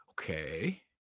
Okay